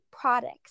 products